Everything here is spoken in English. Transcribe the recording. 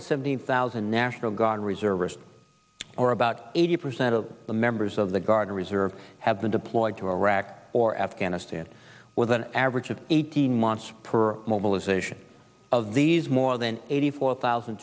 hundred seventy thousand national guard reservists or about eighty percent of the members of the guard and reserve have been deployed to iraq or afghanistan with an average of eighteen months per mobilization of these more than eighty four thousand